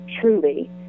Truly